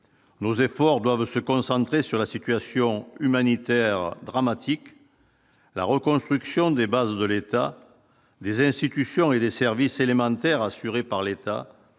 nos efforts doivent se concentrer sur la situation humanitaire dramatique la reconstruction des bases de l'état des institutions et des services élémentaires assuré par l'État,